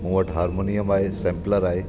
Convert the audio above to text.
मूं वटि हारमोनियम आहे सैम्प्लर आहे